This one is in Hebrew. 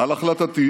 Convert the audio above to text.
על החלטתי,